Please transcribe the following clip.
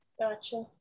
Gotcha